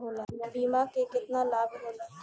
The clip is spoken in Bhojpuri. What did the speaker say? बीमा के केतना लाभ होला?